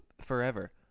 Forever